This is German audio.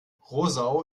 roseau